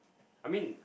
I mean